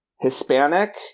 Hispanic